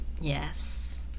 Yes